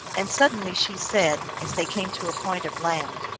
and suddenly she said, as they came to a point of land,